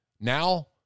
now